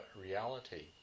reality